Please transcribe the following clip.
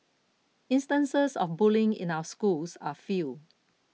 instances of bullying in our schools are few